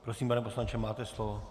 Prosím, pane poslanče, máte slovo.